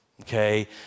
okay